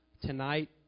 tonight